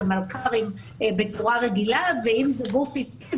זה מלכ"רים ם בצורה רגילה ואם זה גוף עסקי,